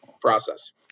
process